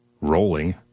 rolling